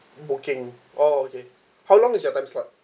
booking oh okay how long is your time slot